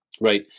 right